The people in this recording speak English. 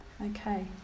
Okay